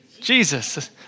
Jesus